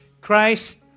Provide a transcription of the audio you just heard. Christ